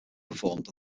performed